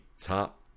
top